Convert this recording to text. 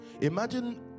Imagine